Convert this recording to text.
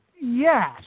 yes